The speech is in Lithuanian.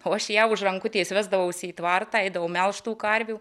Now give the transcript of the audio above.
o aš ją už rankutės vesdavausi į tvartą eidavau melžt tų karvių